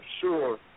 sure